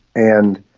and